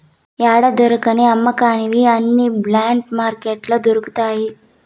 యాడా దొరకని అమ్మనివి అన్ని బ్లాక్ మార్కెట్లో దొరుకుతాయి